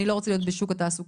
אני לא רוצה להיות בשוק התעסוקה'.